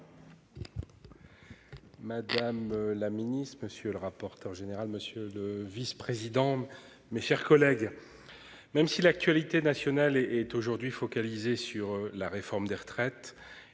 Madame la ministre, monsieur le rapporteur général monsieur le vice-président, mes chers collègues. Même si l'actualité nationale et est aujourd'hui focalisé sur la réforme des retraites,